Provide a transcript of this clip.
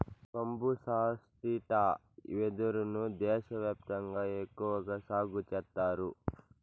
బంబూసా స్త్రిటా వెదురు ను దేశ వ్యాప్తంగా ఎక్కువగా సాగు చేత్తారు